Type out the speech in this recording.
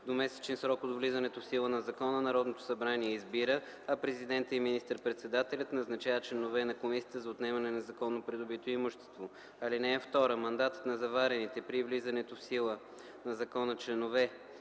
двумесечен срок от влизането в сила на закона Народното събрание избира, а президентът и министър-председателят назначават членове на Комисията за отнемане на незаконно придобито имущество. (2) Мандатът на заварените при влизането в сила на закона членове